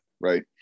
right